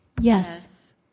Yes